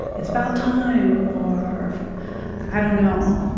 it's about time, or i don't know.